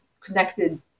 connected